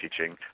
teaching